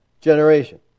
generation